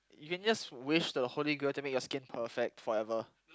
you can just wish the holy grail to make your skin perfect forever